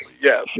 yes